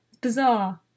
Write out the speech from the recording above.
Bizarre